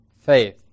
faith